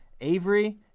Avery